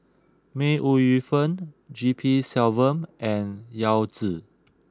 May Ooi Yu Fen G P Selvam and Yao Zi